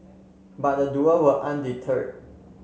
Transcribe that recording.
but the duo were undeterred